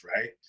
right